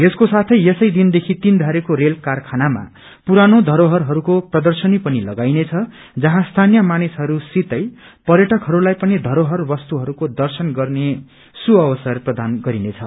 यसको साथै यसै दिनदेखि तीनथारेको रेल कारखानामा पुराना थरोडरहस्को प्रदर्शनी पनि लगाइनेछ जहौं स्यानीय मानिसहरूसितै पर्यटकहरूलाई पनि बरोहर वस्तुहरूको दश्रन गर्ने सुअवसर प्रदान गरिनेछ